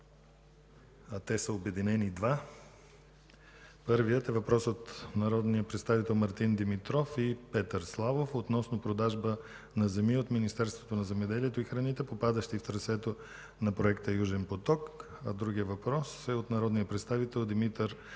въпрос – обединени са два. Първият е въпросът на народния представител Мартин Димитров и Петър Славов относно продажба на земи от Министерството на земеделието и храните, попадащи в трасето на проекта „Южен поток”, а другият въпрос е народния представител Мартин Димитров